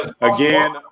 again